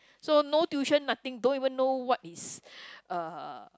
so no tuition nothing don't even know what is uh